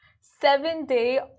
Seven-day